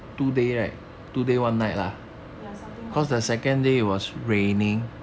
ya something like that